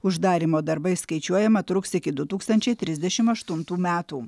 uždarymo darbai skaičiuojama truks iki du tūkstančiai trisdešim aštuntų metų